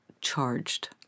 charged